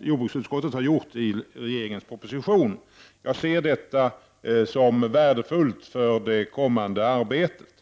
jordbruksutskottet har gjort i regeringens proposition. Jag ser detta som värdefullt för det kommande arbetet.